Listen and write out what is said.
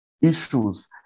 issues